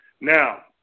Now